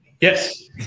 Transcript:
Yes